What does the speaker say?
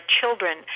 children